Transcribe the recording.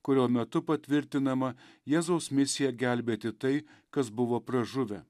kurio metu patvirtinama jėzaus misija gelbėti tai kas buvo pražuvę